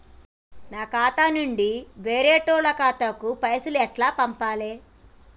నా ఖాతా నుంచి వేరేటోళ్ల ఖాతాకు పైసలు ఎట్ల పంపాలే?